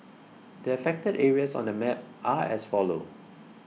the affected areas on the map are as follow